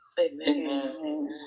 Amen